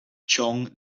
chong